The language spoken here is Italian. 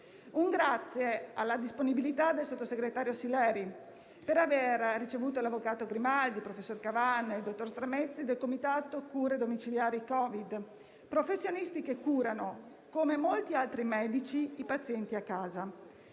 Un grazie va poi alla disponibilità del sottosegretario Sileri, per aver ricevuto l'avvocato Grimaldi, il professor Cavanna e il dottor Stramezzi del Comitato cure domiciliari Covid, professionisti che, come molti altri medici, curano i pazienti a casa.